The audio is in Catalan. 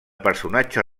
personatge